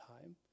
time